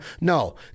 no